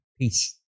Peace